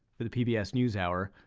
for the pbs newshour,